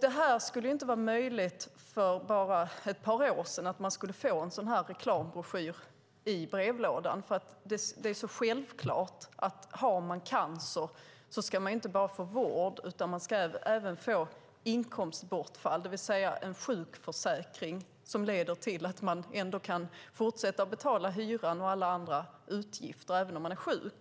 Det skulle inte ha varit möjligt för bara ett par år sedan att få en sådan här reklambroschyr i brevlådan. Det är så självklart att man vid cancer ska få inte bara vård utan även ersättning för inkomstbortfall. Det ska finnas en sjukförsäkring som leder till att man kan fortsätta att betala hyran och alla andra utgifter även om man är sjuk.